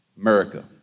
America